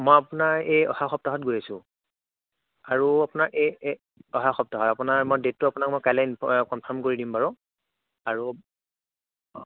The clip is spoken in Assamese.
মই আপোনাৰ এই অহা সপ্তাহত গৈ আছোঁ আৰু আপোনাৰ এই এই অহা সপ্তাহত আপোনাৰ মই ডেটটো আপোনাক মই কাইলৈ ইন কনফাৰ্ম কৰি দিম বাৰু আৰু